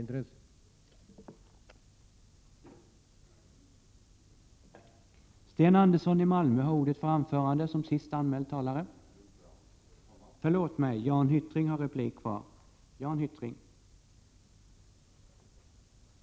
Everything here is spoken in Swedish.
1987/88:136